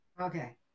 Okay